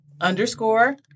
underscore